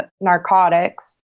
narcotics